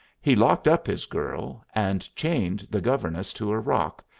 he locked up his girl and chained the governess to a rock,